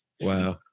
wow